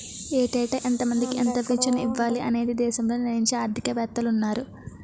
ఏటేటా ఎంతమందికి ఎంత పింఛను ఇవ్వాలి అనేది దేశంలో నిర్ణయించే ఆర్థిక వేత్తలున్నారు